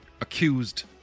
accused